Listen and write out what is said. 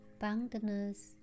boundless